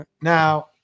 Now